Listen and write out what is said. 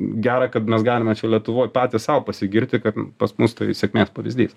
gera kad mes galime čia lietuvoj patys sau pasigirti kad pas mus tai sėkmės pavyzdys